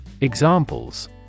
Examples